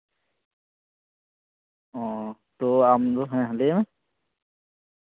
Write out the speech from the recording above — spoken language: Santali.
ᱚ ᱛᱚ ᱟᱢᱫᱚ ᱦᱮᱸ ᱞᱟᱹᱭᱢᱮ